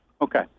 Okay